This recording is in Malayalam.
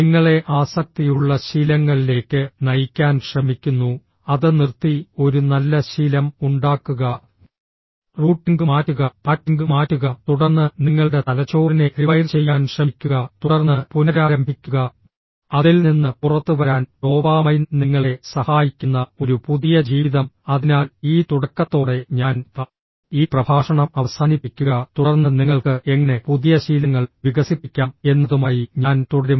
നിങ്ങളെ ആസക്തിയുള്ള ശീലങ്ങളിലേക്ക് നയിക്കാൻ ശ്രമിക്കുന്നു അത് നിർത്തി ഒരു നല്ല ശീലം ഉണ്ടാക്കുക റൂട്ടിംഗ് മാറ്റുക പാറ്റിംഗ് മാറ്റുക തുടർന്ന് നിങ്ങളുടെ തലച്ചോറിനെ റിവൈർ ചെയ്യാൻ ശ്രമിക്കുക തുടർന്ന് പുനരാരംഭിക്കുക അതിൽ നിന്ന് പുറത്തുവരാൻ ഡോപാമൈൻ നിങ്ങളെ സഹായിക്കുന്ന ഒരു പുതിയ ജീവിതം അതിനാൽ ഈ തുടക്കത്തോടെ ഞാൻ ഈ പ്രഭാഷണം അവസാനിപ്പിക്കുക തുടർന്ന് നിങ്ങൾക്ക് എങ്ങനെ പുതിയ ശീലങ്ങൾ വികസിപ്പിക്കാം എന്നതുമായി ഞാൻ തുടരും